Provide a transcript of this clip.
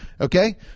okay